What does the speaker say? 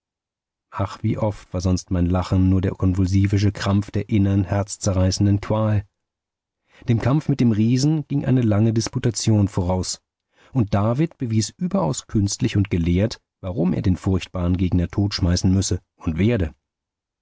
ach wie oft war sonst mein lachen nur der konvulsivische krampf der innern herzzerreißenden qual dem kampf mit dem riesen ging eine lange disputation voraus und david bewies überaus künstlich und gelehrt warum er den furchtbaren gegner totschmeißen müsse und werde